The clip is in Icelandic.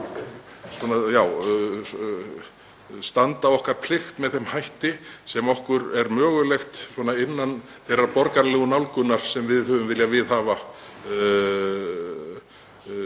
standa okkar plikt með þeim hætti sem okkur er mögulegt innan þeirrar borgaralegu nálgunar sem við höfum viljað viðhafa